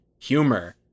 humor